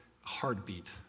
heartbeat